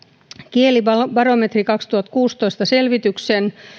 kielibarometri kaksituhattakuusitoista selvityksen